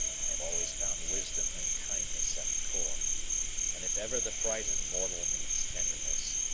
i have always found wisdom and kindness at the core and if ever the frightened mortal needs tenderness,